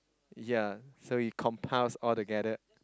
ya so it compounds all together